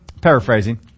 Paraphrasing